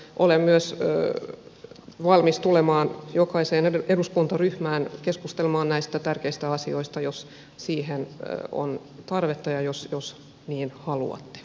olen myös valmis tulemaan jokaiseen eduskuntaryhmään keskustelemaan näistä tärkeistä asioista jos siihen on tarvetta ja jos niin haluatte